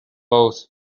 both